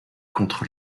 contre